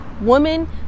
woman